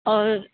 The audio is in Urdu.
اور